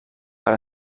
per